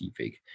deepfake